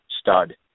stud